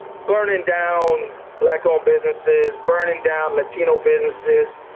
burning down black-owned businesses, burning down latino businesses.